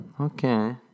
Okay